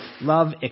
Love